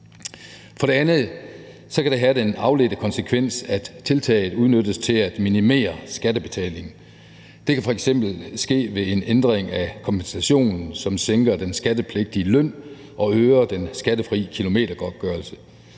For det andet kan det have den afledte konsekvens, at tiltaget udnyttes til at minimere skattebetalingen. Det kan f.eks. ske ved en ændring af kompensationen, som sænker den skattepligtige løn og øger den skattefri kilometergodtgørelse.